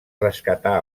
rescatar